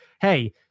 hey